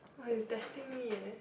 !wah! you testing me ya